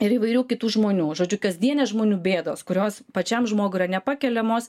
ir įvairių kitų žmonių žodžiu kasdienės žmonių bėdos kurios pačiam žmogui yra nepakeliamos